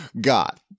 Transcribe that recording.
got